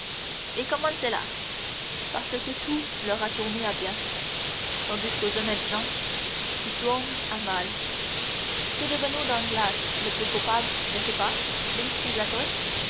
et comment cela parce que tout leur a tourné à bien tandis qu'aux honnêtes gens tout tourne à mal qu'est devenu danglars le plus coupable n'est-ce pas